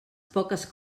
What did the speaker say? poques